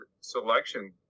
selection